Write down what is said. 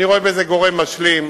אני רואה בזה גורם משלים.